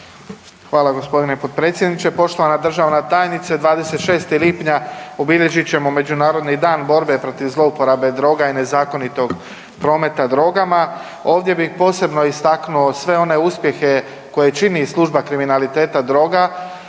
Hvala gospodine potpredsjedniče. Poštovana državna tajnice, 26. lipnja obilježit ćemo Međunarodni dan borbe protiv zlouporabe droga i nezakonitog prometa drogama, ovdje bih posebno istaknuo sve one uspjehe koje čini služba kriminaliteta droga.